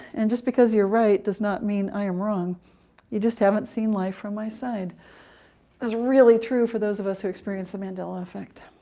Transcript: and just because you're right does not mean i am wrong you just haven't seen life from my side. this is really true for those of us who experience the mandela effect.